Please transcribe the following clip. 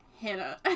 Hannah